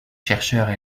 chercheurs